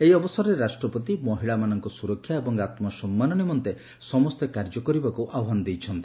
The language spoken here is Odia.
ଏହି ଅବସରରେ ରାଷ୍ଟ୍ରପତି ମହିଳାମାନଙ୍କ ସୁରକ୍ଷା ଏବଂ ଆତ୍କସନ୍ନାନ ନିମନ୍ତେ ସମସେ କାର୍ଯ୍ୟ କରିବାକୁ ଆହ୍ୱାନ ଦେଇଛନ୍ତି